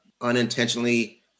unintentionally